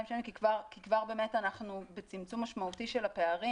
שנים כי כבר באמת אנחנו בצמצום משמעותי של הפערים.